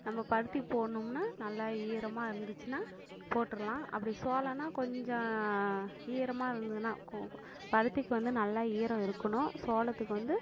நம்ம பருத்தி போடணும்னா நல்லா ஈரமாக இருந்துச்சுன்னா போட்டுருலாம் அப்படி சோளம்னா கொஞ்சம் ஈரமாக இருந்துதுன்னா கு பருத்திக்கு வந்து நல்லா ஈரம் இருக்கணும் சோளத்துக்கு வந்து